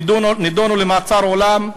הם נידונו למאסר עולם,